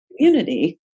community